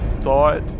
thought